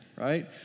right